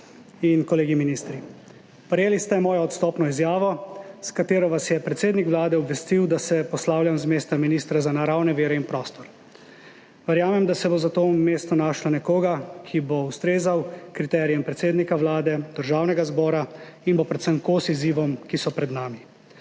in kolegi ministri! Prejeli ste mojo odstopno izjavo, s katero vas je predsednik Vlade obvestil, da se poslavljam z mesta ministra za naravne vire in prostor. Verjamem, da se bo za to mesto našlo nekoga, ki bo ustrezal kriterijem predsednika Vlade, Državnega zbora in bo predvsem kos izzivom, ki so pred nami.